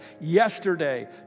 yesterday